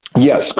Yes